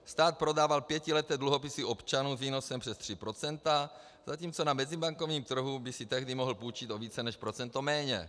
Stát prodával pětileté dluhopisy občanů s výnosem přes 3 %, zatímco na mezibankovním trhu by si tehdy mohl půjčit o více než procento méně.